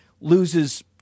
loses